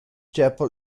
chapel